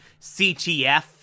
CTF